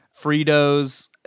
Fritos